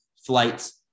flights